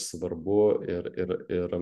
svarbu ir ir ir